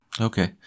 Okay